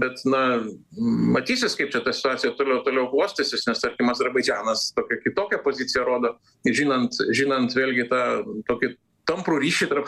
bet na matysis kaip čia ta situacija toliau toliau klostysis nes tarkim azerbaidžanas tokią kitokią poziciją rodo žinant žinant vėlgi tą tokį tamprų ryšį tarp